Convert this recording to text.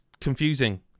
confusing